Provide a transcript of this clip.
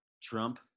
Trump